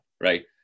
right